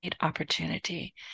opportunity